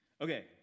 Okay